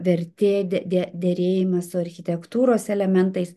vertė de de derėjimas su architektūros elementais